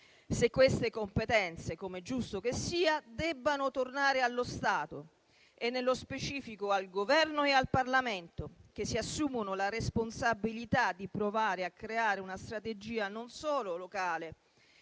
se queste competenze, come è giusto che sia, debbano tornare allo Stato e nello specifico al Governo e al Parlamento, che si assumono la responsabilità di provare a creare una strategia non solo locale